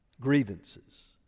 grievances